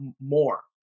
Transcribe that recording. more